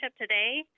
today